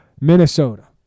Minnesota